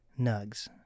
nugs